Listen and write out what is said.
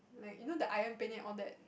like you know the Ayam-Penyet all that